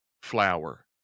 flower